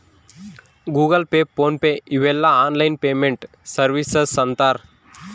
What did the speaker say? Google Pay PhonePe ಇವೆಲ್ಲ online payment services ಅಂತರ್